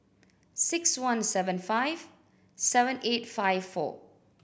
six one seven five seven eight five four